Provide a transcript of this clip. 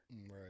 Right